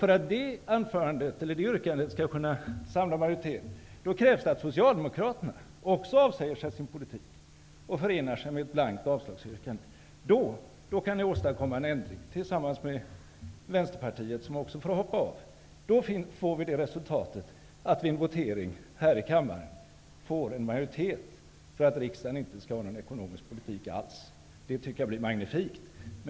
För att det yrkandet skall kunna samla majoritet krävs det att Socialdemokraterna också avsäger sig sin politik och förenar sig om ett blankt avslagsyrkande. Då kan ni åstadkomma en ändring, tillsammans med Vänsterpartiet, som också får hoppa av. Vid en votering här i kammaren får vi då en majoritet för att riksdagen inte skall ha någon ekonomisk politik alls. Det blir magnifikt.